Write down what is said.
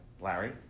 Larry